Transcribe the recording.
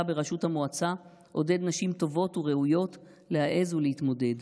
בראשות המועצה עודדה נשים טובות וראויות להעז ולהתמודד.